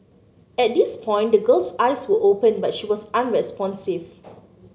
at this point the girl's eyes were open but she was unresponsive